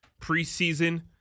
Preseason